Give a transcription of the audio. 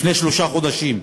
לפני שלושה חודשים,